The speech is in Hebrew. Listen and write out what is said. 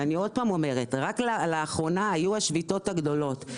אני שוב אומרת שרק לאחרונה היו השביתות הגדולות.